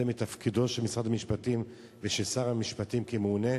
זה מתפקידו של משרד המשפטים ושל שר המשפטים כממונה.